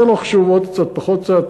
זה לא חשוב עוד קצת או פחות קצת.